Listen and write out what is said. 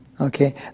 Okay